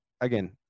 again